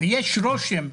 ויש רושם,